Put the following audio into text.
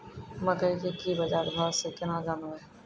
मकई के की बाजार भाव से केना जानवे?